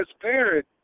transparent